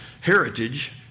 heritage